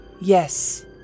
Yes